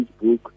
Facebook